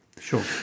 Sure